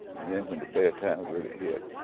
and then when the bad times really hit,